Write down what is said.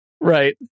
right